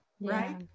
Right